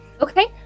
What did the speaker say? Okay